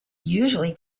usually